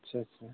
আচ্ছা আচ্ছা